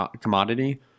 commodity